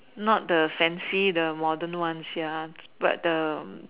not the fancy the modern ones ya but the